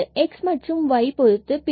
இது x மற்றும் y பொருத்தது